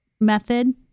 method